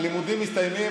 הלימודים מסתיימים,